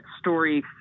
story